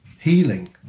healing